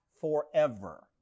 forever